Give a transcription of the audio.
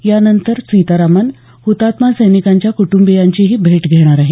यानंतर सीतारामन हुतात्मा सैनिकांच्या कुटुंबियांचीही भेट घेणार आहेत